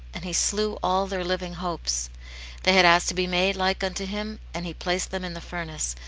and he slew all their living hopes they had asked to be made like unto him, and he placed them in the furnace,